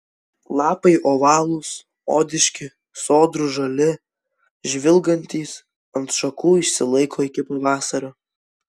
lapai ovalūs odiški sodrūs žali žvilgantys ant šakų išsilaiko iki pavasario